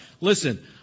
Listen